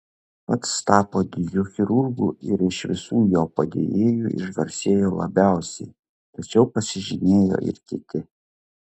pats tapo didžiu chirurgu ir iš visų jo padėjėjų išgarsėjo labiausiai tačiau pasižymėjo ir kiti